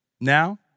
Now